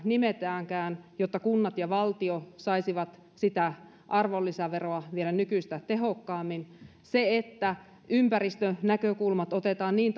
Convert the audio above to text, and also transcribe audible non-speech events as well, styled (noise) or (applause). nimetäänkään jotta kunnat ja valtio saisivat arvonlisäveroa vielä nykyistä tehokkaammin se että ympäristönäkökulmat otetaan niin (unintelligible)